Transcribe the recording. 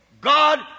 God